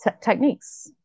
techniques